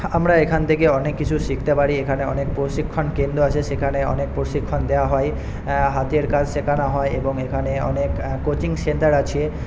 আমরা এখান থেকে অনেককিছু শিখতে পারি এখানে অনেক প্রশিক্ষণ কেন্দ্র আছে সেখানে অনেক প্রশিক্ষণ দেওয়া হয় হাতের কাজ শেখানো হয় এবং এখানে অনেক কোচিং সেন্টার আছে